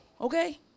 okay